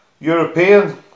European